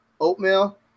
oatmeal